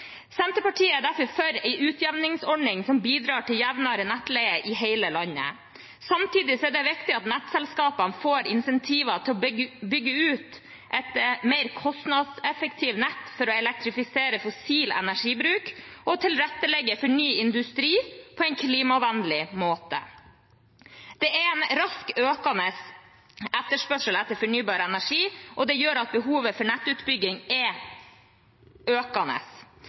Senterpartiet er derfor for en utjevningsordning som bidrar til jevnere nettleie i hele landet. Samtidig er det viktig at nettselskapene får insentiver til å bygge ut et mer kostnadseffektivt nett for å elektrifisere fossil energibruk og tilrettelegge for ny industri på en klimavennlig måte. Det er en raskt økende etterspørsel etter fornybar energi, og det gjør at behovet for nettutbygging er økende.